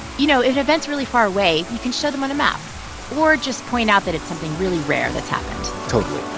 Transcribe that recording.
you know, if an event's really far away, you can show them on a map or just point out that it's something really rare that's happened totally.